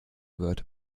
wird